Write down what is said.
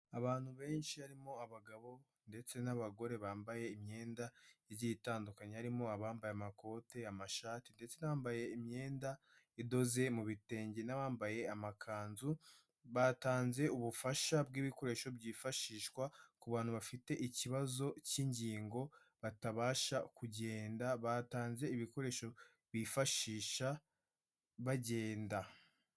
Abantu benshi barimo abagabo ndetse n'abagore, bambaye imyenda igiye itandukanye, harimo abambaye amakoti, amashati ndetse n'abambaye imyenda idoze mu bitenge, n'abambaye amakanzu, batanze ubufasha bw'ibikoresho byifashishwa ku bantu bafite ikibazo cy'ingingo, batabasha kugenda, batanze ibikoresho bifashisha bagenda.